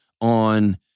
on